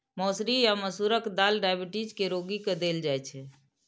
मौसरी या मसूरक दालि डाइबिटीज के रोगी के देल जाइ छै